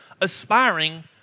aspiring